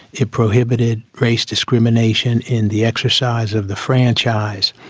it prohibited race discrimination in the exercise of the franchise.